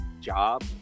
job